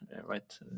right